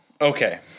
Okay